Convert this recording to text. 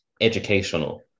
educational